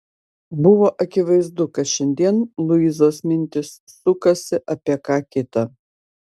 buvo akivaizdu kad šiandien luizos mintys sukasi apie ką kita